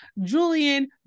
Julian